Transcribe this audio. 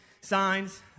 signs